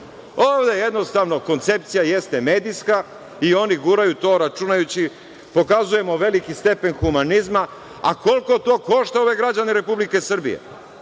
Ovde jednostavno koncepcija jeste medijska i oni guraju to, računajući pokazujemo veliki stepen humanizma, a koliko to košta ove građane Republike Srbije?